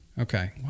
Okay